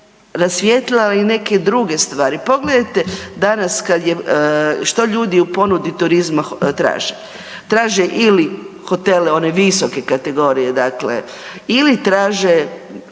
rasvijetlila i neke druge stvari. Pogledajte danas kad je, što ljudi u ponudi turizma traže. Traže ili hotele one visoke kategorije dakle ili traže